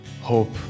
hope